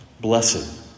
Blessed